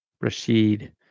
Rashid